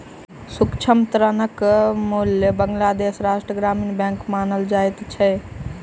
सूक्ष्म ऋणक मूल बांग्लादेश राष्ट्रक ग्रामीण बैंक मानल जाइत अछि